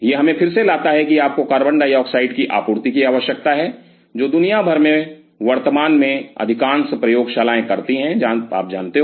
यह हमें फिर से लाता है कि आपको कार्बन डाइऑक्साइड की आपूर्ति की आवश्यकता है जो दुनिया भर में वर्तमान में अधिकांश प्रयोगशालाएं करती हैं आप जानते हो